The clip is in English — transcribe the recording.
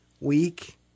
week